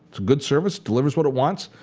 it's a good service, delivers what it wants,